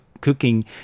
cooking